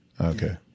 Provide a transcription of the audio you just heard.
okay